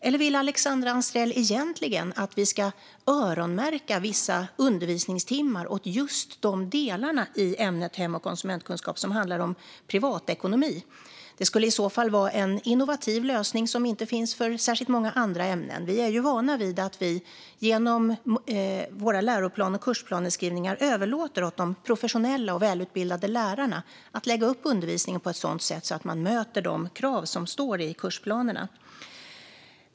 Eller vill Alexandra Anstrell egentligen att vi ska öronmärka vissa undervisningstimmar för just de delar i ämnet hem och konsumentkunskap som handlar om privatekonomi? Detta skulle i så fall vara en innovativ lösning som inte finns för särskilt många andra ämnen. Vi är ju vana vid att vi genom våra läro och kursplaneskrivningar överlåter åt de professionella och välutbildade lärarna att lägga upp undervisningen på ett sådant sätt att man möter de krav som framgår av kursplanerna.